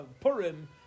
Purim